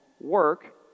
work